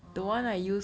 um